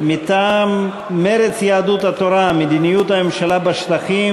מטעם מרצ ויהדות התורה: מדיניות הממשלה בשטחים.